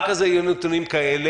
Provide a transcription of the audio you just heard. R כזה יהיו נתונים כאלה.